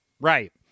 Right